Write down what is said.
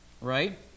Right